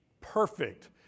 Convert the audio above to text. perfect